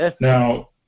now